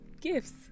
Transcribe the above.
gifts